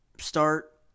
start